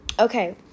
Okay